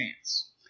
chance